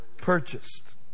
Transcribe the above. purchased